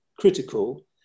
critical